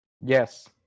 yes